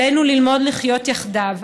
עלינו ללמוד לחיות יחדיו.